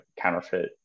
counterfeit